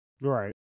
Right